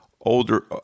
older